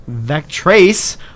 Vectrace